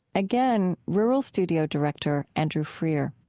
again, rural studio director andrew freear